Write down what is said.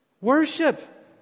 worship